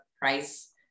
price